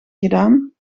gedaan